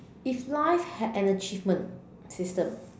if life had an achievement system